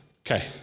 Okay